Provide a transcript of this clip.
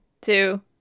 two